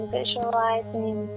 visualizing